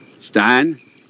Stein